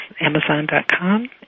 Amazon.com